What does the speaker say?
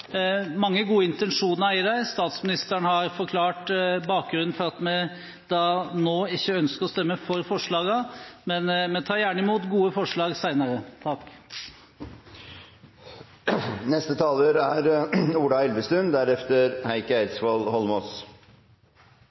mange gode intensjoner i dem. Statsministeren har forklart bakgrunnen for at vi nå ikke ønsker å stemme for forslagene. Men vi tar gjerne imot gode forslag